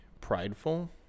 prideful